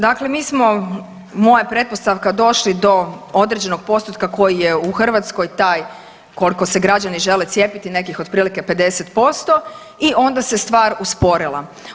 Dakle mi smo, moja je pretpostavka, došli do određenog postotka koji je u Hrvatskoj taj koliko se građani žele cijepiti nekih otprilike 50% i onda se stvar usporila.